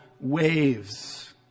waves